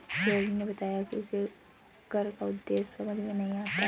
रोहिणी ने बताया कि उसे कर का उद्देश्य समझ में नहीं आता है